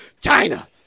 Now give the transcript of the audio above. China